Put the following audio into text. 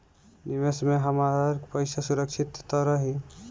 निवेश में हमार पईसा सुरक्षित त रही?